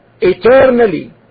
eternally